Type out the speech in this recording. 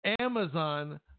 Amazon